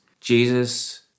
Jesus